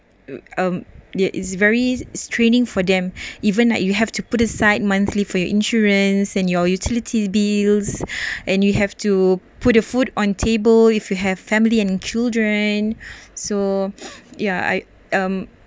um there is very it's training for them even like you have to put aside monthly for your insurance and your utilities bills and you have to put the food on table if you have family and children so yeah I um